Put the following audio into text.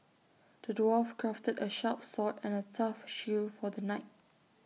the dwarf crafted A sharp sword and A tough shield for the knight